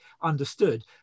understood